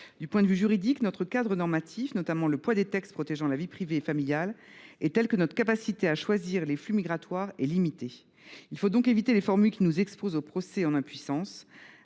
Du point de vue juridique, notre cadre normatif, notamment le poids des textes protégeant la vie privée et familiale, est tel que notre capacité à contrôler les flux migratoires est limitée. Il faut donc éviter les formules qui nous exposent au procès en impuissance.